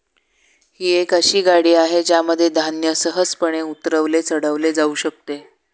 ही एक अशी गाडी आहे ज्यामध्ये धान्य सहजपणे उतरवले चढवले जाऊ शकते